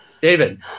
David